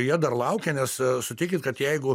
jie dar laukia nes sutikit kad jeigu